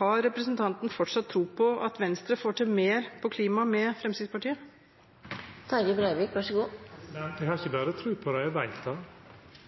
Har representanten fortsatt tro på at Venstre får til mer på klima med Fremskrittspartiet?